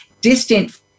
distant